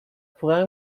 pourrait